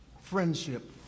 Friendship